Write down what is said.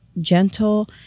gentle